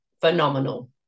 phenomenal